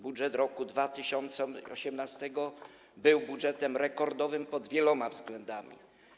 Budżet roku 2018 był budżetem rekordowym pod wieloma względami.